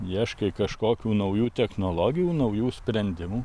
ieškai kažkokių naujų technologijų naujų sprendimų